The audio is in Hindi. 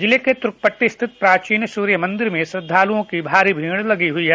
जिले के तुर्कपट्टी स्थित प्राचीन सूर्य मन्दिर में श्रद्धालुओं की भारी भीड़ लगी हुई है